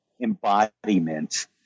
embodiment